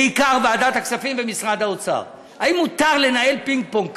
בעיקר ועדת הכספים ומשרד האוצר: האם מותר לנהל פינג-פונג כזה,